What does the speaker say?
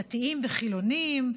דתיים וחילונים,